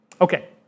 Okay